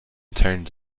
turns